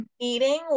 eating